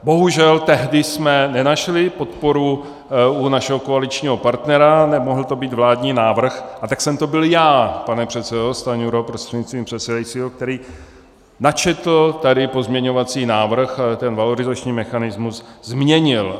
Bohužel, tehdy jsme nenašli podporu u našeho koaličního partnera, nemohl to být vládní návrh, a tak jsem to byl já pane předsedo Stanjuro prostřednictvím předsedajícího který načetl tady pozměňovací návrh, ten valorizační mechanismus změnil.